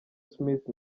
smith